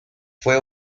fue